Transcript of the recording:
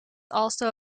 also